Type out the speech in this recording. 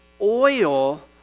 oil